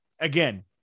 again